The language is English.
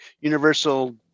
universal